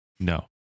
No